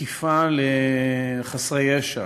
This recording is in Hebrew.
בתקיפה לחסרי ישע,